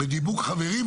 בדיבור חברי,